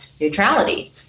neutrality